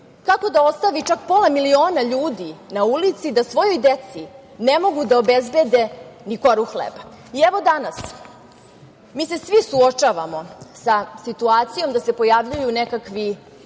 kako da ostavi pola miliona ljudi na ulici da svojoj deci ne mogu da obezbede ni koru hleba. Evo, danas se svi suočavamo sa situacijom da se pojavljuju nekakvi